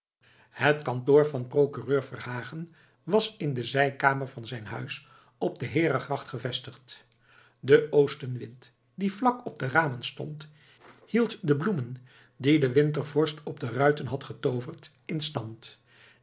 het kantoor van den procureur verhagen was in de zijkamer van zijn huis op de heerengracht gevestigd de oostenwind die vlak op de ramen stond hield de bloemen die de wintervorst op de ruiten had getooverd in stand